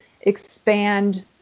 expand